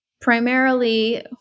primarily